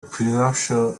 prenuptial